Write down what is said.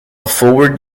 forward